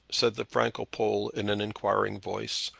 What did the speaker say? said the franco-pole in an inquiring voice,